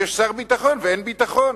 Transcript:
ויש שר ביטחון ואין ביטחון.